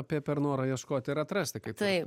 apie per norą ieškoti ir atrasti kai taip